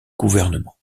gouvernement